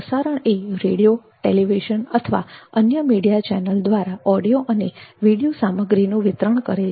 પ્રસારણ એ radio television અથવા અન્ય મીડિયા ચેનલ દ્વારા ઓડિયો અને વિડીયો સામગ્રીનું વિતરણ કરે છે